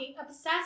obsessed